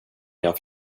jag